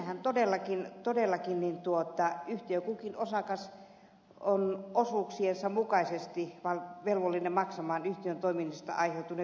siinähän todellakin yhtiön kukin osakas on osuuksiensa mukaisesti velvollinen maksamaan yhtiön toiminnasta aiheutuvia